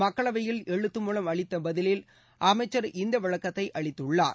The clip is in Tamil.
மக்களவையில் எழுத்து மூலம் அளித்த பதிலில் அமைச்சர் இந்த விளக்கத்தை அளித்துள்ளார்